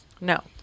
No